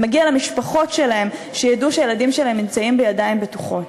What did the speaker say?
ומגיע למשפחות שלהם שידעו שהילדים שלהן נמצאים בידיים בטוחות.